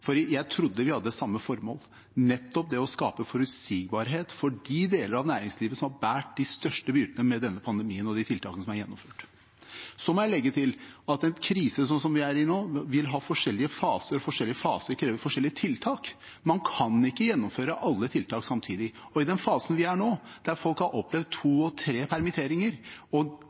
jeg trodde vi hadde samme formål: nettopp det å skape forutsigbarhet for de deler av næringslivet som har båret de største byrdene ved denne pandemien og de tiltakene som er gjennomført. Jeg må legge til at en krise slik som vi er i nå, vil ha forskjellige faser, og forskjellige faser krever forskjellige tiltak. Man kan ikke gjennomføre alle tiltak samtidig. I den fasen vi er nå, der folk har opplevd to og tre permitteringer og